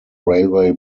railway